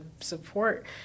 support